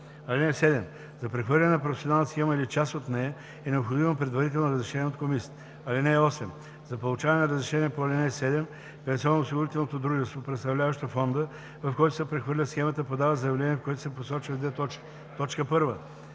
(7) За прехвърляне на професионална схема или на част от нея е необходимо предварително разрешение от комисията. (8) За получаване на разрешение по ал. 7 се подава от пенсионноосигурителното дружество, представляващо фонда, в който се прехвърля схемата, подава заявление, в което се посочват: 1.